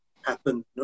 happen